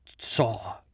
saw